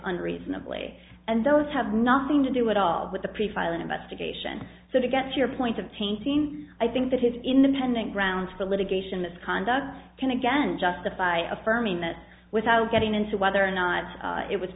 unreasonably and those have nothing to do it all with the pre filing investigation so to get your point of changing i think that is independent grounds for litigation this conduct can again justify affirming that without getting into whether or not it was